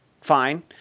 Fine